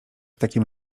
takim